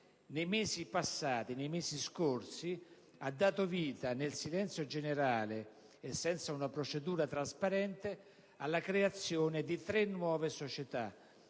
nei mesi passati ha dato vita, nel silenzio generale e senza una procedura trasparente, alla creazione di tre nuove società.